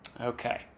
Okay